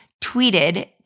tweeted